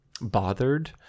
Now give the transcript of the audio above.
bothered